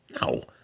no